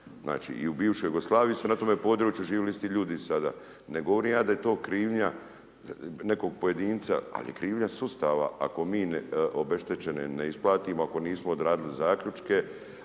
Znači, i u bivšoj Jugoslaviji su na tome području živjeli isti ljudi i sada. Ne govorim ja da je to krivnja nekog pojedinca, al je krivnja sustava ako mi obeštećene ne isplatimo, ako nismo odradili zaključke,